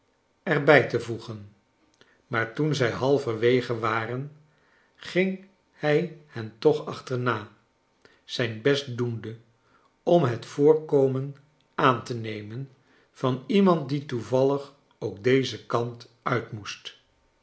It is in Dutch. er bij te voegen maar toen zij halverwege waren ging hij hen toch achterna zijn best doende om het voorkomen aan te nemen van iemand die toevallig ook dezen kant uit moest